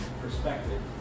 perspective